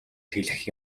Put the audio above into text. хэлэх